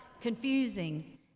confusing